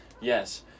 Yes